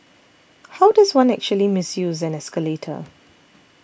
how does one actually misuse an escalator